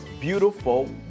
beautiful